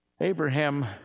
Abraham